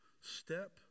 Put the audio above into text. Step